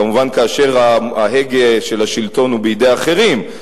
כמובן כאשר ההגה של השלטון הוא בידי אחרים.